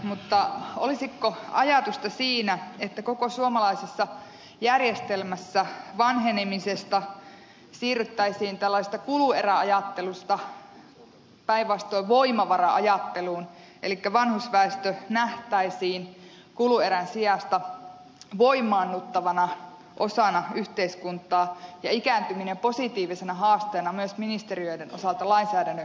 mutta olisiko ajatusta siinä että koko suomalaisessa järjestelmässä vanhenemisessa siirryttäisiin tällaisesta kulueräajattelusta päinvastoin voimavara ajatteluun elikkä vanhusväestö nähtäisiin kuluerän sijasta voimaannuttavana osana yhteiskuntaa ja ikääntyminen positiivisena haasteena myös ministeriöiden osalta lainsäädännön kehittämisessä